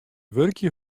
wurkje